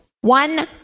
One